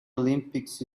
olympics